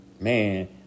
man